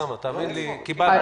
תאמין לי, קיבלנו.